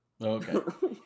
Okay